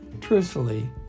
truthfully